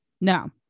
Now